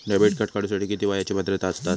Debit card काढूसाठी किती वयाची पात्रता असतात?